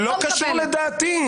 לא מקבלת.